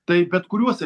tai bet kuriuose